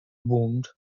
wound